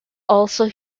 also